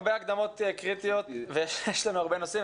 הרבה הקדמות קריטיות ויש לנו הרבה נושאים,